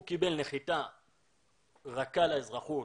הוא קיבל נחיתה רכה לאזרחות,